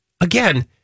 again